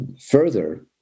further